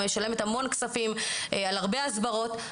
משלמת המון כספים על הרבה הסברות,